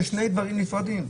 זה שני דברים נפרדים.